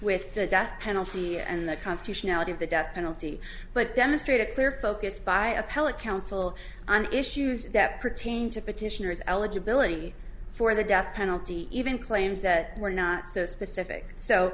with the death penalty and the constitutionality of the death penalty but demonstrate a clear focus by appellate counsel on issues that pertain to petitioners eligibility for the death penalty even claims that were not so specific so